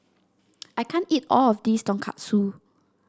I can't eat all of this Tonkatsu